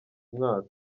mwaka